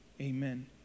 Amen